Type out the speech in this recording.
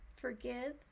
forgive